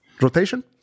Rotation